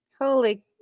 Holy